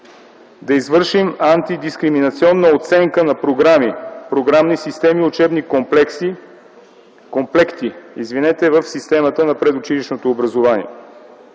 да извършим антидискриминационна оценка на програми, програмни системи и учебни комплекти в системата на предучилищното образование;